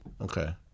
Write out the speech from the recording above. Okay